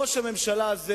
ראש הממשלה הזה,